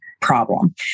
problem